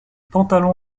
pantalon